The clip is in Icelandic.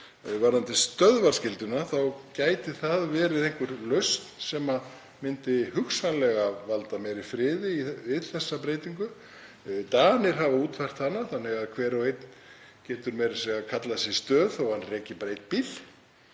Varðandi stöðvaskylduna þá gæti það verið einhver lausn sem myndi hugsanlega valda meiri friði við þessa breytingu. Danir hafa útfært hana þannig að hver og einn getur meira að segja kallað sig stöð þó að hann reki bara einn bíl.